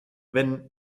wenn